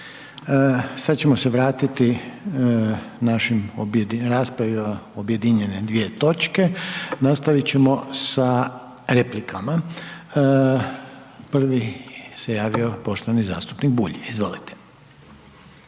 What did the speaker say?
Sad ćemo se vratiti našim raspravi o objedinjene dvije točke. Nastavit ćemo sa replikama. Prvi se javio poštovani zastupnik Bulj. Izvolite.